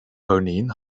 örneğin